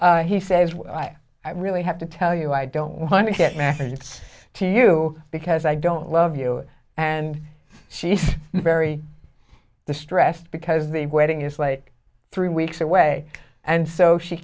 items he says i really have to tell you i don't want it mattered to you because i don't love you and she's very distressed because the wedding is like three weeks away and so she